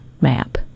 map